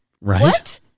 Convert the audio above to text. Right